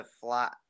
flat